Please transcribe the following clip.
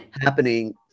happening